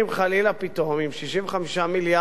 עם 65 מיליארד שקל חוב,